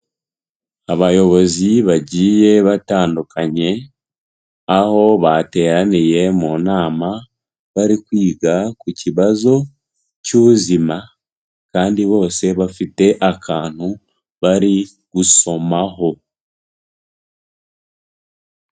Abayobozi bagiye batandukanye, aho bateraniye mu nama, bari kwiga ku kibazo cy'ubuzima kandi bose bafite akantu bari gusomaho.